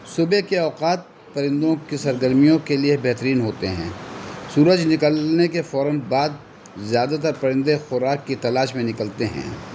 صبح کے اوقات پرندوں کی سرگرمیوں کے لیے بہترین ہوتے ہیں سورج نکلنے کے فوراً بعد زیادہ تر پرندے خوراک کی تلاش میں نکلتے ہیں